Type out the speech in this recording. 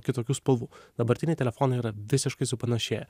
kitokių spalvų dabartiniai telefonai yra visiškai supanašėję